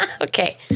okay